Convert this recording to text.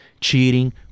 cheating